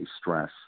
stress